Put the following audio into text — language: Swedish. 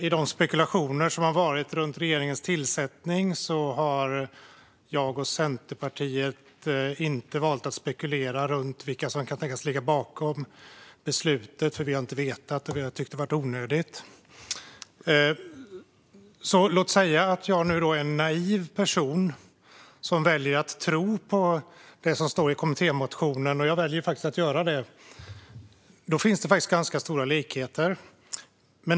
I de spekulationer som har varit om regeringens tillsättning har jag och Centerpartiet valt att inte spekulera om vilka som kan tänkas ligga bakom beslutet. Vi har inte vetat det och har därför tyckt att det har varit onödigt. Låt säga att jag nu är en naiv person som väljer att tro på det som står i kommittémotionen, och jag väljer att göra det. Det finns ganska stora likheter.